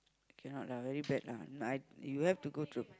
cannot lah very bad lah I you have to go through